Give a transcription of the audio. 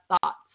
thoughts